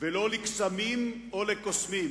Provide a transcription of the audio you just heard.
ולא לקסמים או לקוסמים.